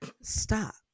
stop